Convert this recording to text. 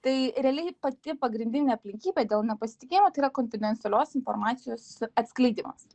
tai realiai pati pagrindinė aplinkybė dėl nepasitikėjimo tai yra konfidencialios informacijos atskleidimas